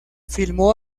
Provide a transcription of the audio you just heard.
firmó